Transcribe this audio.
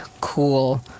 cool